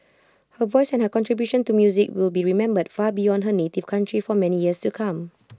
her voice and contribution to music will be remembered far beyond her native county for many years to come